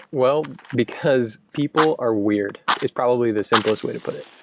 well, because people are weird. it's probably the simplest way to put it.